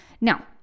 Now